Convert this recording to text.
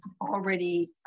already